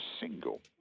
single